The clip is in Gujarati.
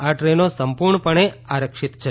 આ ટ્રેનો સંપુર્ણપણે આરક્ષિત છે